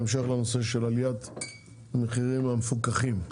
בהמשך לנושא של עליית המחירים המפוקחים.